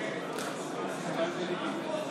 הלוואה,